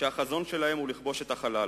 שהחזון שלהן הוא לכבוש את החלל.